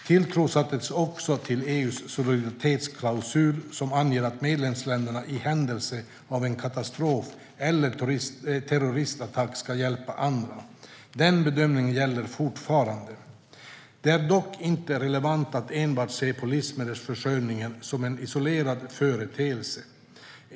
Tilltro sattes också till EU:s solidaritetsklausul, som anger att medlemsländerna i händelse av en katastrof eller terroristattack ska hjälpa andra. Den bedömningen gäller fortfarande. Det är dock inte relevant att enbart se på livsmedelsförsörjningen som en isolerad företeelse.